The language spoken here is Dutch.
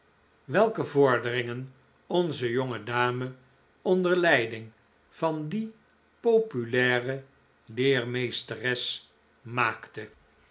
welke vorderingen onze jonge dame onder leiding van die populaire leermeesteres maakte